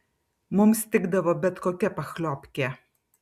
mums tikdavo bet kokia pachliobkė